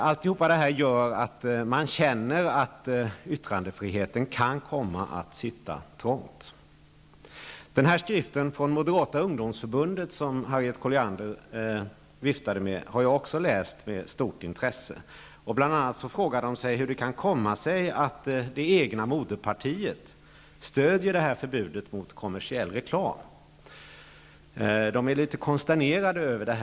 Allt detta gör att jag känner att yttrandefriheten kan komma att sitta trångt. Den skrift från moderata ungdomsförbundet som Harriet Colliander hänvisade till har också jag läst med stort intresse. Ungmoderaterna frågar sig bl.a. hur det kan komma sig att moderpartiet stöder detta förbud mot kommersiell reklam och är litet konsternerade över det.